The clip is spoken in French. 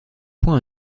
point